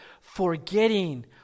forgetting